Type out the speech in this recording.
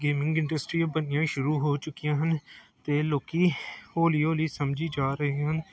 gaming ਇੰਡਸਟਰੀਆਂ ਬਣਨੀਆਂ ਸ਼ੁਰੂ ਹੋ ਚੁੱਕੀਆਂ ਹਨ ਤਾਂ ਲੋਕ ਹੌਲੀ ਹੌਲੀ ਸਮਝੀ ਜਾ ਰਹੇ ਹਨ